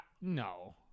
No